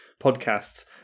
podcasts